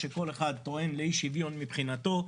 שכל אחד טוען לאי שוויון מבחינתו.